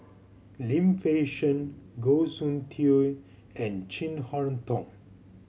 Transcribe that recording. Lim Fei Shen Goh Soon Tioe and Chin Harn Tong